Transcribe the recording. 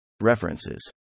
References